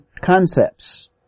concepts